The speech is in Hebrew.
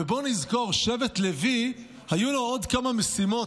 ובואו נזכור, לשבט לוי היו עוד כמה משימות.